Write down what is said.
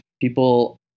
People